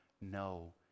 no